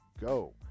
go